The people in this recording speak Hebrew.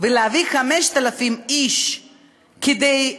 ולהביא 5,000 איש כדי לשרת,